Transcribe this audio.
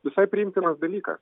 visai priimtinas dalykas